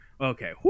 okay